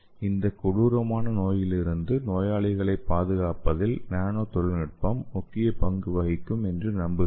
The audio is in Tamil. இந்த கொடூரமான நோயிலிருந்து நோயாளிகளைப் பாதுகாப்பதில் நானோ தொழில்நுட்பம் முக்கிய பங்கு வகிக்கும் என்று நம்புகிறேன்